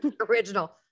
original